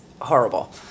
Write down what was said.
Horrible